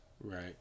right